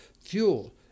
fuel